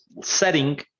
setting